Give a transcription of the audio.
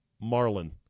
marlin